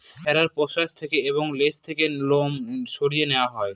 ভেড়ার পশ্চাৎ থেকে এবং লেজ থেকে লোম সরিয়ে নেওয়া হয়